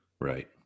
right